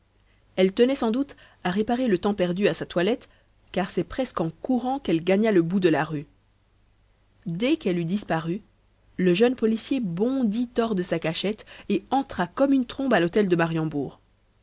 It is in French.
elle tenait sans doute à réparer le temps perdu à sa toilette car c'est presque en courant qu'elle gagna le bout de la rue dès qu'elle eut disparu le jeune policier bondit hors de sa cachette et entra comme une trombe à l'hôtel de mariembourg